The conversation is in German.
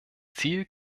ziel